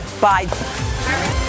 Bye